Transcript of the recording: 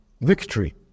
victory